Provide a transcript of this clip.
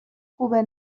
خوبه